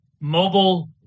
mobile